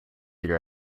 your